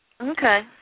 Okay